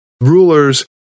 rulers